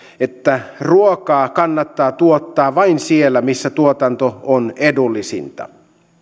että ruokaa kannattaa tuottaa vain siellä missä tuotanto on edullisinta